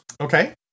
Okay